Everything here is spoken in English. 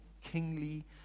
kingly